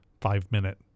five-minute